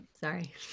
Sorry